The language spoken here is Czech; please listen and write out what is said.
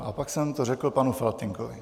A pak jsem to řekl panu Faltýnkovi.